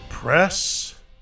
Press